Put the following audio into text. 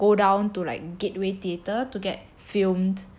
go down to like gateway theatre to get filmed